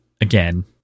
again